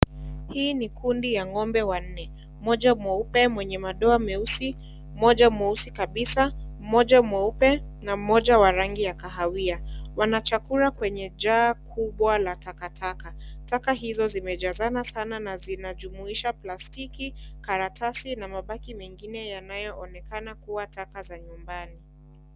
Ni kundi ya ngombe wanne. Mmoja mweupe mwenye madoa meusi, mmoja mweusi kabisa, mmoja mweupe na mmoja wa rangi ya kahawia. Wanachakura kwenye jaa kubwa la takataka. Taka hizo zimejazana sana na zinajumuisha plastiki, karatasi na mabaki mengine yanayo onekana kuwa taka za nyumbani.